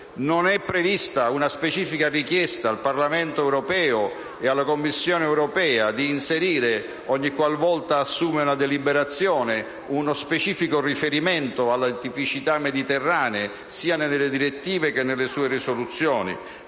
Non è prevista una specifica richiesta al Parlamento europeo e alla Commissione europea di inserire, ogni qual volta assume una deliberazione, uno specifico riferimento alle tipicità mediterranee, sia nelle direttive che nelle risoluzioni.